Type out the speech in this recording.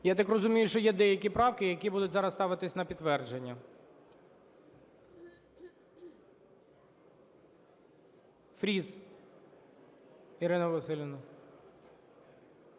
Я так розумію, що є деякі правки, які будуть зараз ставитись на підтвердження.